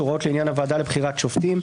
(הוראות לעניין הוועדה לבחירת שופטים),